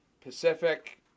Pacific